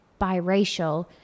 biracial